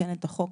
לתקן את החוק